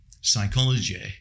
psychology